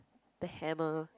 the hammer